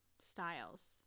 styles